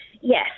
yes